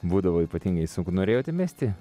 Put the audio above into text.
būdavo ypatingai sunku norėjote mesti